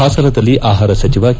ಹಾಸನದಲ್ಲಿ ಆಹಾರ ಸಚಿವ ಕೆ